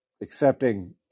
accepting